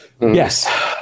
Yes